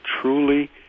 truly